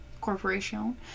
Corporation